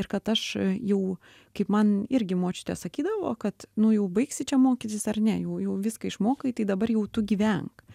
kad aš jau kaip man irgi močiutė sakydavo kad nu jau baigsi čia mokytis ar ne jau jau viską išmokai tai dabar jau tu gyvenk